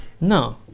No